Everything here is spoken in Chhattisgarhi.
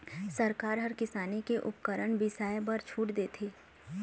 सरकार ह किसानी के उपकरन बिसाए बर छूट देथे